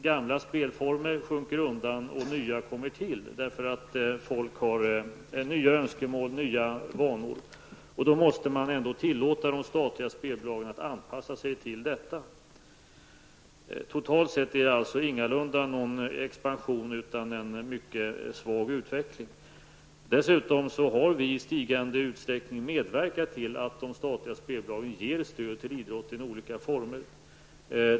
Gamla spelformer sjunker undan, och nya kommer till på grund av att folk har nya önskemål och nya vanor. Då måste man ändå tillåta de statliga spelbolagen att anpassa sig till detta. Totalt sett är det alltså ingalunda fråga om någon expansion, utan en mycket svag utveckling. Vi har dessutom i stigande utsträckning medverkat till att de statliga spelbolagen i olika former ger stöd till idrotten.